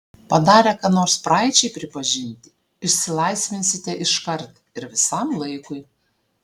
padarę ką nors praeičiai pripažinti išsilaisvinsite iškart ir visam laikui